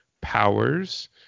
Powers